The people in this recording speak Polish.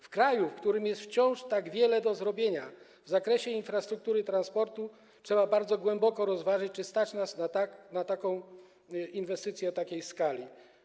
W kraju, w którym jest wciąż tak wiele do zrobienia w zakresie infrastruktury transportu, trzeba bardzo głęboko rozważyć, czy stać nas na inwestycję o takiej skali.